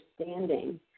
understanding